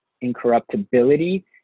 incorruptibility